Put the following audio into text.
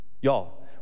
Y'all